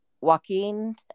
walking